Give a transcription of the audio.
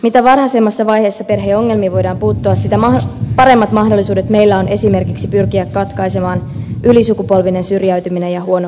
mitä varhaisemmassa vaiheessa perheen ongelmiin voidaan puuttua sitä paremmat mahdollisuudet meillä on esimerkiksi pyrkiä katkaisemaan ylisukupolvinen syrjäytyminen ja huono osaisuuden kierre